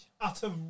Utter